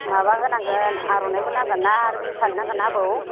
माबा होनांगोन आर'नाइबो नांगोनना आर बिहु फालि नांगोनना आबौ